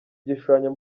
gishushanyo